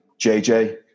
JJ